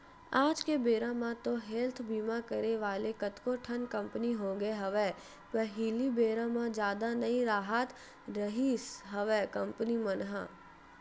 आज के बेरा म तो हेल्थ बीमा करे वाले कतको ठन कंपनी होगे हवय पहिली बेरा म जादा नई राहत रिहिस हवय कंपनी मन ह